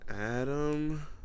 Adam